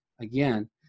again